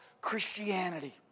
Christianity